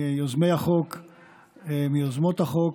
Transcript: מיוזמות החוק: